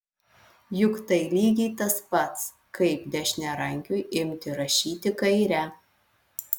juk tai lygiai tas pats kaip dešiniarankiui imti rašyti kaire